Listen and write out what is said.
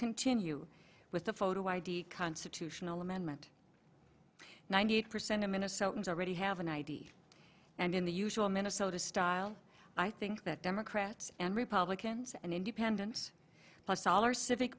continue with the photo id constitutional amendment ninety eight percent of minnesotans already have an id and in the usual minnesota style i think that democrats and republicans and independents plus all or civic